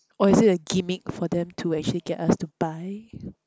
or is it a gimmick for them to actually get us to buy